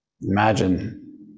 Imagine